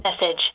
message